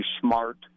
smart